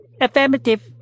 Affirmative